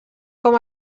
com